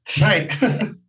Right